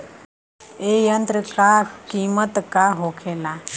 ए यंत्र का कीमत का होखेला?